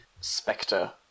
spectre